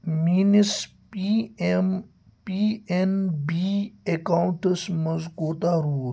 میٛٲنِس P M P N B اَکاوُنٹَس منٛز کوٗتاہ روٗد